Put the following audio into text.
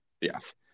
Yes